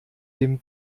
dem